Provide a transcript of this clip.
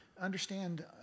understand